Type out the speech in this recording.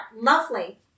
Lovely